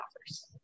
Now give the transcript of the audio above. offers